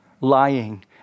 lying